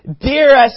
Dearest